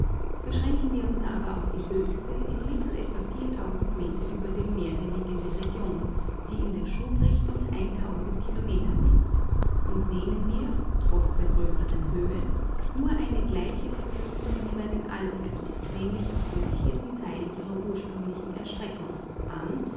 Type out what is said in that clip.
beschränken wir uns aber auf die höchste im mittel etwa meter über dem meere liegende region die in der schub kilometer mißt und nehmen wir trotz der größeren höhe nur eine gleiche verkürzung wie bei den alpen nämlich auf den vierten teil ihrer ursprünglichen erstreckung an